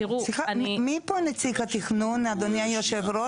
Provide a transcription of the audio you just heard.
סליחה, מי פה נציג התכנון, אדוני היושב ראש?